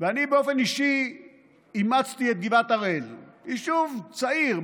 אני באופן אישי אימצתי את גבעת הראל, יישוב צעיר.